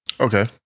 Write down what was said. Okay